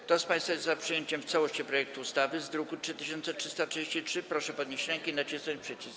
Kto z państwa jest za przyjęciem w całości projektu ustawy z druku nr 3333, proszę podnieść rękę i nacisnąć przycisk.